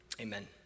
Amen